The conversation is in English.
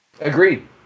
Agreed